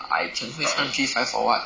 I transfer you one three five [what]